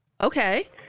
Okay